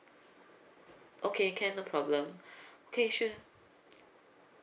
okay can no problem okay sure